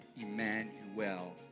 Emmanuel